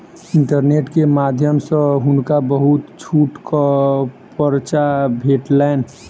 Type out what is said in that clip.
internet के माध्यम सॅ हुनका बहुत छूटक पर्चा भेटलैन